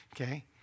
Okay